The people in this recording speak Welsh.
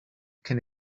cyn